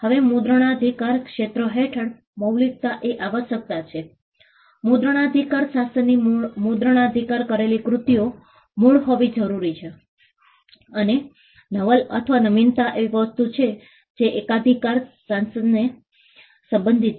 હવે મુદ્રણાધિકાર ક્ષેત્ર હેઠળ મૌલિકતા એ આવશ્યકતા છેમુદ્રણાધિકાર શાસનની મુદ્રણાધિકાર કરેલી કૃતિઓ મૂળ હોવી જરૂરી છે અને નવલ અથવા નવીનતા એવી વસ્તુ છે જે એકાધિકાર શાસનને સંબંધિત છે